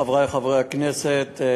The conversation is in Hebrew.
חברי חברי הכנסת,